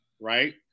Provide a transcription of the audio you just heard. right